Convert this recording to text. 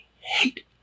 hate